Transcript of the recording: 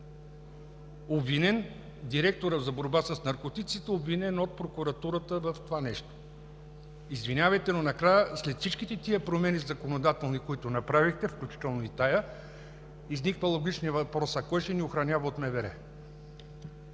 от директора за борба с наркотиците, обвинен от прокуратурата в това нещо? Извинявайте, но накрая, след всичките тези законодателни промени, които направихте, включително и тази, изниква логичният въпрос: кой ще ни охранява от МВР?